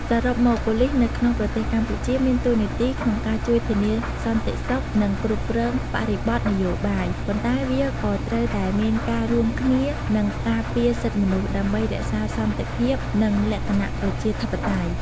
សរុបមកប៉ូលីសនៅក្នុងប្រទេសកម្ពុជា មានតួនាទីក្នុងការជួយធានាសន្តិសុខ និងគ្រប់គ្រងបរិបទនយោបាយ ប៉ុន្តែវាក៏ត្រូវតែមានការរួមគ្នានឹងការពារសិទ្ធិមនុស្ស ដើម្បីរក្សាសន្តិភាព និងលក្ខណៈប្រជាធិបតេយ្យ។